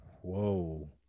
Whoa